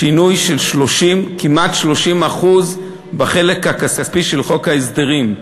שינוי של כמעט 30% בחלק הכספי של חוק ההסדרים.